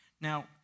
Now